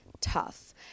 tough